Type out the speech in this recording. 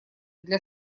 для